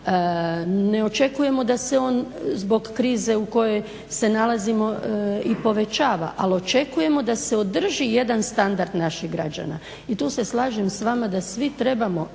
Ne očekujemo da se on zbog krize u kojoj se nalazimo i povećava, ali očekujemo da se održi jedan standard naših građana. I tu se slažem s vama da svi trebamo